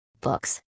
Books